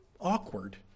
awkward